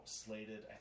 slated